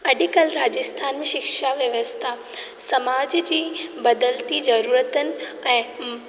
अॼुकल्ह राजस्थान में शिक्षा व्यवस्था समाज जी बदलती ज़रूरतुनि ऐं